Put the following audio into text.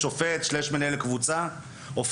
שחקן/שופט/ מנהל קבוצה שמסכים פעם אחת